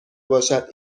باشد